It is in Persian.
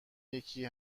یکی